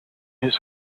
his